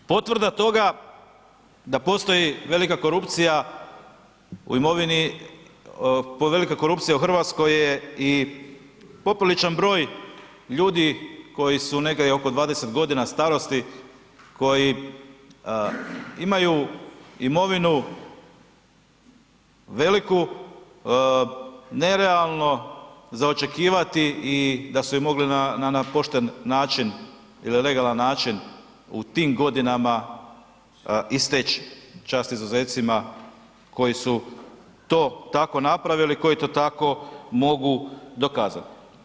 Nažalost, potvrda toga da postoji velika korupcija u imovini, povelika korupcija u RH je i popriličan broj ljudi koji su negdje oko 20.g. starosti koji imaju imovinu veliku, nerealno za očekivati i da su je mogli na pošten način ili legalan način u tim godinama i steći, čast izuzecima koji su to tako napravili, koji to tako mogu dokazat.